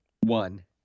One